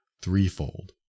threefold